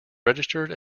registered